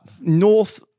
north